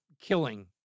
killing